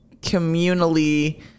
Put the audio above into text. communally